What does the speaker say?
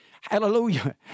Hallelujah